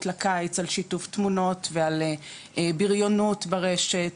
לקיץ על שיתוף תמונות ועל בריונות ברשת,